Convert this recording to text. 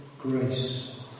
grace